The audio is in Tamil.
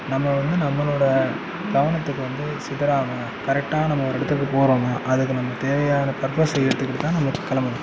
நம்ம வந்து நம்மளோடய கவனத்துக்கு வந்து சிதறாமல் கரெக்டாக நம்ம ஒரு இடத்துக்குப் போகிறோம்னா அதுக்கு நமக்குத் தேவையான பர்பஸ்ஸை எடுத்துக்கிட்டுதான் நாம் கிளம்பணும்